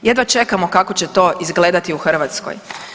Jedva čekamo kako će to izgledati u Hrvatskoj.